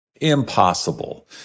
impossible